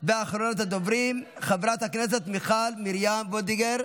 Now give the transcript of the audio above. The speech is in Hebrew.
אחרונת הדוברים, חברת הכנסת מיכל מרים וולדיגר,